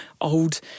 old